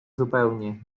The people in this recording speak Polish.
zupełnie